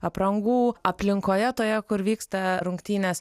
aprangų aplinkoje toje kur vyksta rungtynės